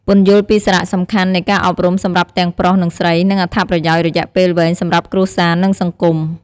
ពន្យល់ពីសារៈសំខាន់នៃការអប់រំសម្រាប់ទាំងប្រុស និងស្រី និងអត្ថប្រយោជន៍រយៈពេលវែងសម្រាប់គ្រួសារ និងសង្គម។